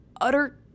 utter